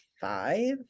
five